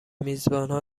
میزبانها